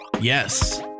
yes